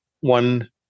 one